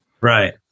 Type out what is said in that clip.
right